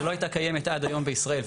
שלא הייתה קיימת עד היום בישראל,